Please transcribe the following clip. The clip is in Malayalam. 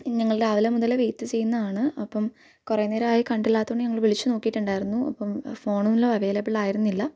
ഞങ്ങള് രാവിലെ മുതല് വേയ്റ്റ് ചെയ്യുന്നതാണ് അപ്പം കുറെ നേരമായി കണ്ടില്ലാത്തത് കൊണ്ട് ഞങ്ങള് വിളിച്ച് നോക്കിയിട്ടുണ്ടായിരുന്നു അപ്പം ഫോണിലോ അവേയ്ലബിളായിരുന്നില്ല